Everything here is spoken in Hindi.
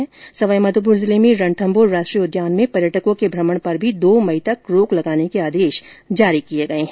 वहीं सवाईमाधोपुर जिले में रणथम्भौर राष्ट्रीय उद्यान में पर्यटकों के भ्रमण पर भी दो मई तक रोक लगाने के आदेश जारी कर दिये गये हैं